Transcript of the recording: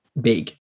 big